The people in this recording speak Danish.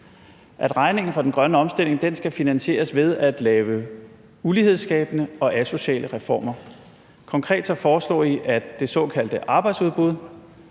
at regningen for den grønne omstilling skal finansieres ved at lave ulighedsskabende og asociale reformer. Konkret foreslog Radikale, at det såkaldte arbejdsudbud